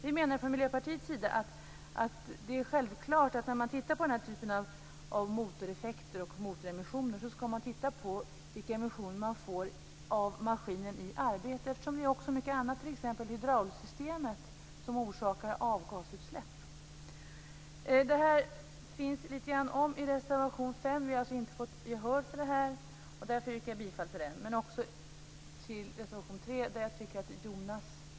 Vi menar från Miljöpartiets sida att det är självklart att man, när man tittar på den här typen av motoremissioner, skall titta på vilka emissioner man får av maskiner i arbete eftersom mycket annat, t.ex. hydraulsystemet, orsakar avgasutsläpp. Det här skriver vi lite grann om i reservation 5. Vi har alltså inte fått gehör för det, och därför yrkar jag bifall till den reservationen men också till reservation 3, där jag tycker att Jonas Ringqvists inlägg var mycket bra.